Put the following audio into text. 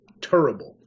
terrible